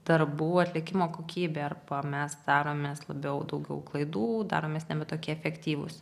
darbų atlikimo kokybė arba mes daromės labiau daugiau klaidų daromės nebe tokie efektyvūs